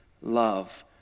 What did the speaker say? love